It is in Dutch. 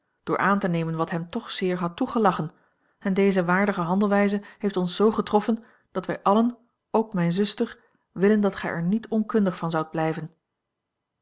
door aan te nemen wat hem toch zeer had toegelachen en deze waardige handelwijze heeft ons zoo getroffen dat wij allen ook mijne zuster willen dat gij er niet onkundig van zoudt blijven